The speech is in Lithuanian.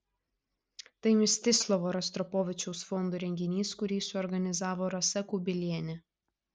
tai mstislavo rostropovičiaus fondo renginys kurį suorganizavo rasa kubilienė